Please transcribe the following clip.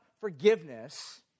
forgiveness